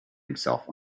himself